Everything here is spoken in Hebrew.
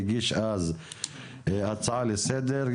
הוא הגיש אז הצעה לסדר,